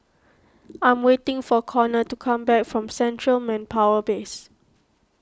I am waiting for Conor to come back from Central Manpower Base